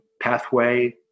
pathway